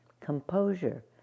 composure